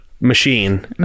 machine